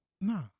Nah